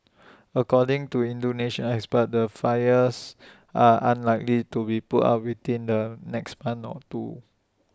according to Indonesian experts the fires are unlikely to be put out within the next month or two